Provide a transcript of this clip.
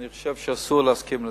אני חושב שאסור להסכים לזה.